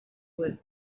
was